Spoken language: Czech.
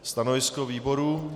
Stanovisko výboru.